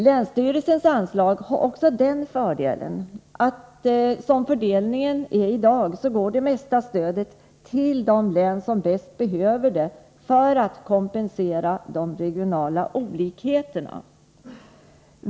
Länsstyrelsens anslag har också den fördelen — enligt den fördelningsprincip som gäller i dag — att den största delen av stödet går till de län som bäst behöver det för att kompensera de regionala olikheterna.